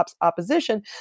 opposition